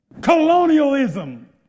colonialism